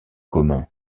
commun